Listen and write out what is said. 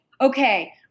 okay